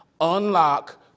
unlock